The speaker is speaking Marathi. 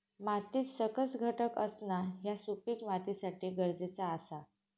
मातीत सकस घटक असणा ह्या सुपीक मातीसाठी गरजेचा आसा